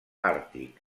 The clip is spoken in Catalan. àrtic